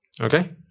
Okay